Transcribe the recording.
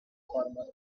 farmer